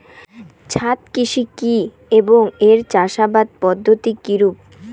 ছাদ কৃষি কী এবং এর চাষাবাদ পদ্ধতি কিরূপ?